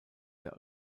der